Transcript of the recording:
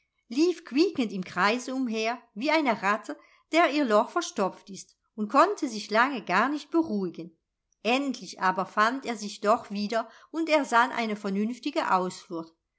lief quiekend im kreise umher wie eine ratte der ihr loch verstopft ist und konnte sich lange gar nicht beruhigen endlich aber fand er sich doch wieder und ersann eine vernünftige ausflucht